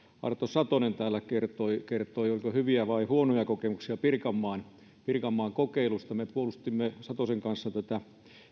arto satonen täällä kertoi kertoi oliko hyviä vai huonoja kokemuksia pirkanmaan pirkanmaan kokeilusta me puolustimme satosen kanssa tätä